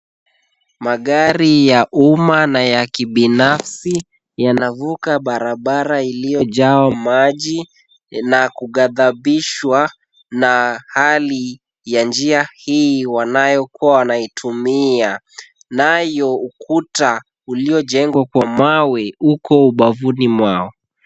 Magari ya umma na ya kibinafsi yanavuka barabara iliyojaa maji, na kughadhabishwa na hali ya njia hii wanayokoa naitumia, nayo ukuta uliojengwa kwa mawe uko ubavuni mwao.